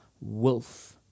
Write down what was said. wolf